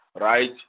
Right